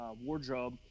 wardrobe